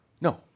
No